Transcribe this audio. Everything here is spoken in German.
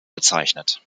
bezeichnet